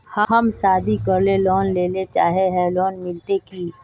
हम शादी करले लोन लेले चाहे है लोन मिलते की?